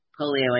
polio